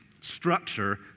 structure